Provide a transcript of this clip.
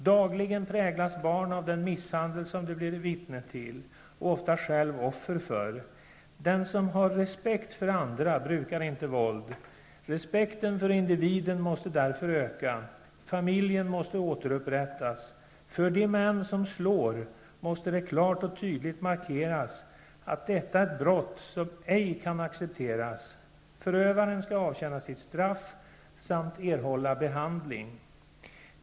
Dagligen präglas barn av den misshandel som de blir vittne till -- och ofta själva offer för. Den som har respekt för andra brukar inte våld. Respekten för individen måste därför öka. Familjen måste återupprättas. För de män som slår måste det klart och tydligt markeras att detta är ett brott som ej kan accepteras. Förövaren skall avtjäna sitt straff samt erhålla behandling.